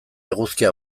eguzkia